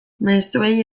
mezuei